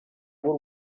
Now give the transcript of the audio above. w’u